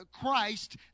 Christ